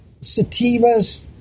sativas